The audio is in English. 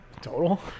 total